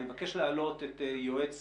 אני מבקש להעלות את יועץ